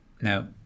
Now